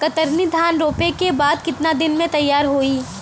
कतरनी धान रोपे के बाद कितना दिन में तैयार होई?